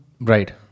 right